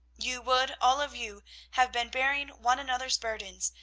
you would all of you have been bearing one another's burdens,